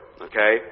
Okay